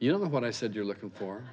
don't know what i said you're looking for